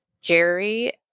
Jerry